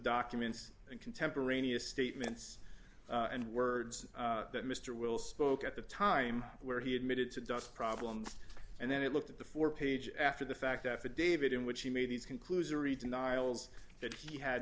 documents and contemporaneous statements and words that mr will spoke at the time where he admitted to dust problems and then it looked at the four page after the fact affidavit in which he made these conclusory denials that he had